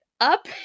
up